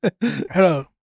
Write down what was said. Hello